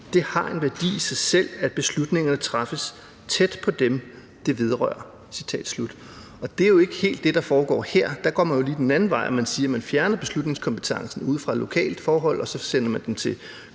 Det har en værdi i sig selv, at beslutningerne træffes tæt på dem, det vedrører.« Det er jo ikke helt det, der foregår her; der går man jo den anden vej og siger, at man fjerner beslutningskompetencen ude fra det lokale forhold, og så sender man den til København,